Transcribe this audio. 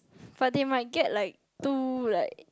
but they might get like too like